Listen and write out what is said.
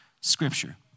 scripture